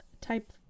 type